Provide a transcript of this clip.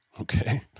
Okay